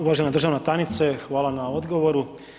Uvažena državna tajnice, hvala na odgovoru.